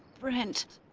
brent,